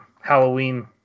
Halloween